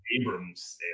Abrams